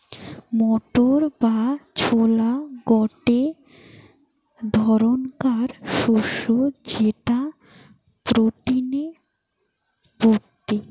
motor বা ছোলা গটে ধরণকার শস্য যেটা প্রটিনে ভর্তি